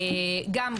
גם,